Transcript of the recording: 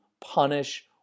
punish